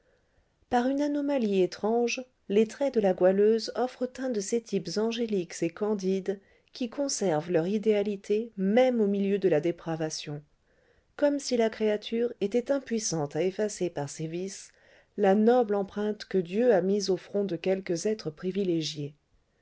par une anomalie étrange les traits de la goualeuse offrent un de ces types angéliques et candides qui conservent leur idéalité même au milieu de la dépravation comme si la créature était impuissante à effacer par ses vices la noble empreinte que dieu a mise au front de quelques êtres privilégiés